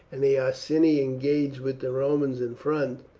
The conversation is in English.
and the iceni engaged with the romans in front,